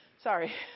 sorry